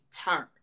turn